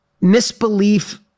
misbelief